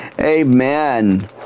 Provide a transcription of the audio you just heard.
amen